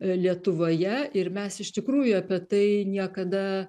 lietuvoje ir mes iš tikrųjų apie tai niekada